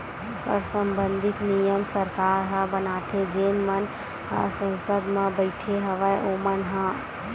कर संबंधित नियम सरकार ह बनाथे जेन मन ह संसद म बइठे हवय ओमन ह